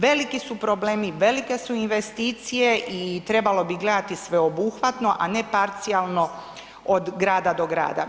Veliki su problemi, velike su investicije i trebalo bi gledati sveobuhvatno, a ne parcijalno od grada do grada.